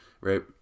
right